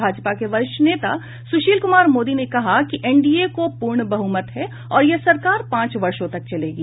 भाजपा के वरिष्ठ नेता सुशील कुमार मोदी ने कहा कि एनडीए को पूर्ण बहुमत है और यह सरकार पांच वर्षों तक चलेगी